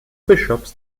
bishops